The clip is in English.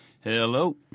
Hello